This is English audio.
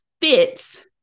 fits